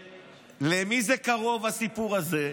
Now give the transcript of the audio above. שלמי זה קרוב, הסיפור הזה?